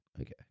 okay